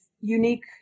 unique